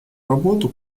работу